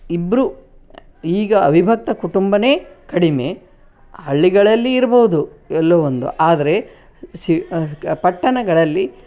ಇಬ್ಬರೂ ಈಗ ಅವಿಭಕ್ತ ಕುಟುಂಬಾನೇ ಕಡಿಮೆ ಹಳ್ಳಿಗಳಲ್ಲಿ ಇರ್ಬೋದು ಎಲ್ಲೋ ಒಂದು ಆದರೆ ಸಿ ಪಟ್ಟಣಗಳಲ್ಲಿ